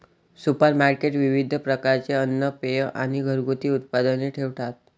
supermarket विविध प्रकारचे अन्न, पेये आणि घरगुती उत्पादने ठेवतात